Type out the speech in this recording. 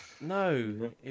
No